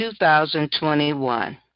2021